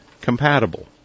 compatible